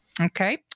Okay